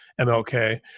MLK